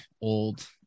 old